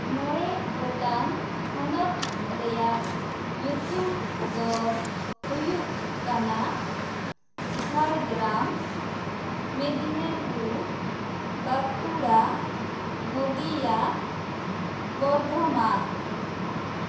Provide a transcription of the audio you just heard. ᱢᱚᱬᱮ ᱜᱚᱴᱟᱝ ᱦᱚᱱᱚᱛ ᱨᱮᱭᱟᱜ ᱧᱩᱛᱩᱢ ᱫᱚ ᱦᱩᱭᱩᱜ ᱠᱟᱱᱟ ᱡᱷᱟᱲᱜᱨᱟᱢ ᱢᱤᱫᱽᱱᱤᱯᱩᱨ ᱵᱟᱸᱠᱩᱲᱟ ᱱᱚᱫᱤᱭᱟ ᱵᱚᱨᱫᱷᱚᱢᱟᱱ